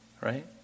right